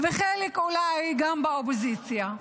וחלק אולי גם באופוזיציה,